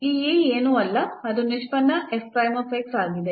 ಈ A ಏನೂ ಅಲ್ಲ ಅದು ನಿಷ್ಪನ್ನ ಆಗಿದೆ